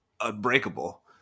unbreakable